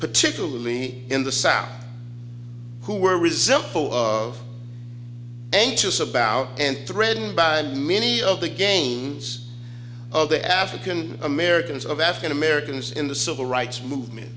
particularly in the south who were resentful of anxious about and threatened by many of the gains of the african americans of african americans in the civil rights movement